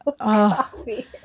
Coffee